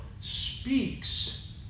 speaks